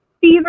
Fever